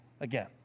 again